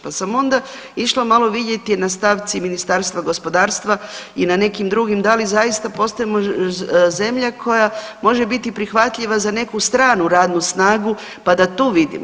Pa sam onda išla malo vidjeti je li na stavci Ministarstva gospodarstva i na nekim drugim da li zaista postajemo zemlja koja može biti prihvatljiva za neku stranu radnu snagu pa da tu vidimo.